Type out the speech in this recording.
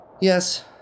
Yes